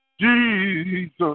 Jesus